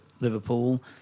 Liverpool